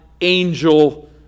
angel